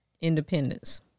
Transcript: independence